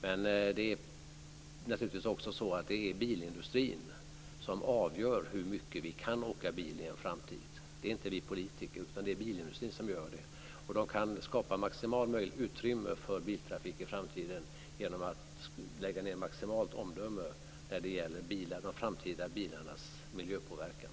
Men det är naturligtvis också så att det är bilindustrin som avgör hur mycket vi kan åka bil i en framtid. Det är inte vi politiker som gör det. Bilindustrin kan skapa maximalt utrymme för biltrafik i framtiden genom att lägga ned maximalt omdöme när det gäller de framtida bilarnas miljöpåverkan.